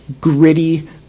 gritty